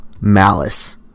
Malice